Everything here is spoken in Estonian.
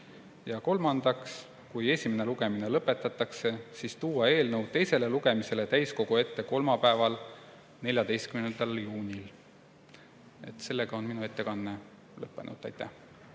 10; kolmandaks, kui esimene lugemine lõpetatakse, siis tuua eelnõu teisele lugemisele täiskogu ette kolmapäeval, 14. juunil. Sellega on minu ettekanne lõppenud. Aitäh!